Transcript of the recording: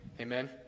Amen